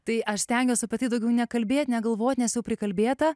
tai aš stengiuos apie tai daugiau nekalbėt negalvot nes jau prikalbėta